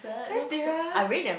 are you serious